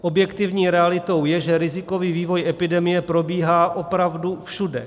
Objektivní realitou je, že rizikový vývoj epidemie probíhá opravdu všude.